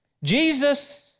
Jesus